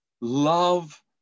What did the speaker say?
Love